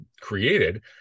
created